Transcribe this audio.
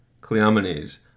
Cleomenes